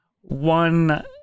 One